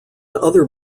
other